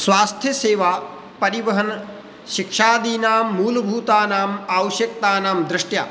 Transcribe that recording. स्वास्थ्यसेवा परिवहन् शिक्षादीनां मूलभूतानाम् आवश्यकतानां दृष्ट्या